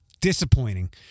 Disappointing